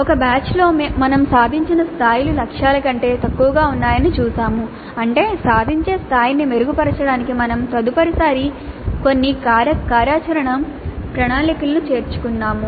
ఒక బ్యాచ్లో మేము సాధించిన స్థాయిలు లక్ష్యాల కంటే తక్కువగా ఉన్నాయని చూశాము అంటే సాధించే స్థాయిని మెరుగుపరచడానికి మేము తదుపరిసారి కొన్ని కార్యాచరణ ప్రణాళికలను చేర్చుకున్నాము